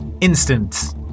instant